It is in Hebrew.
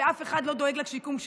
ואף אחד לא דואג לשיקום שלו.